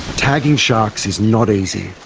tagging sharks is not easy.